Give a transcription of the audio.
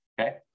Okay